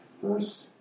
first